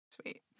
Sweet